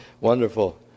wonderful